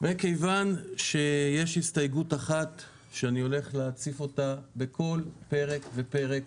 מכיוון שיש הסתייגות אחת שאני הולך להציף אותה בכל פרק ופרק